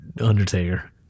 Undertaker